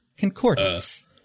concordance